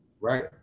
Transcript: right